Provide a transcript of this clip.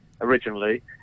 originally